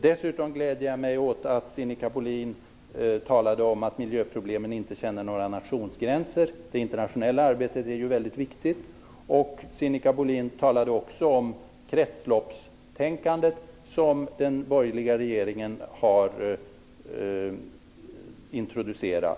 Dessutom gläder jag mig åt att Sinikka Bohlin talade om att miljöproblemen inte känner några nationsgränser. Det internationella arbetet är mycket viktigt. Sinikka Bohlin talade också om kretsloppstänkandet, som den borgerliga regeringen har introducerat.